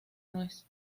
nuez